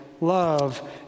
love